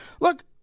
look